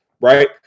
Right